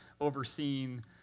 overseeing